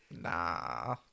Nah